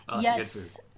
Yes